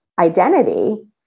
identity